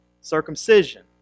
circumcision